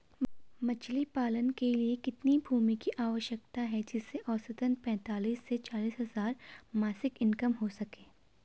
मछली पालन के लिए कितनी भूमि की आवश्यकता है जिससे औसतन पैंतीस से चालीस हज़ार मासिक इनकम हो सके?